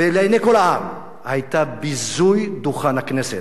לעיני כל העם, היתה ביזוי דוכן הכנסת.